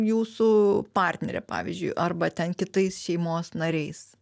jūsų partnere pavyzdžiui arba ten kitais šeimos nariais